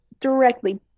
directly